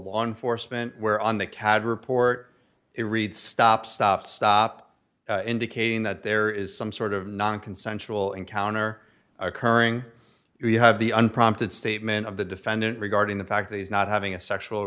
law enforcement where on the cad report it reads stop stop stop indicating that there is some sort of non consensual encounter occurring you have the unprompted statement of the defendant regarding the fact that he's not having a sexual